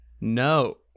No